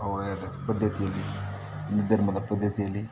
ಅವರದ್ದೇ ಪದ್ದತಿಯಲ್ಲಿ ಹಿಂದು ಧರ್ಮದ ಪದ್ದತಿಯಲ್ಲಿ